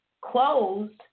closed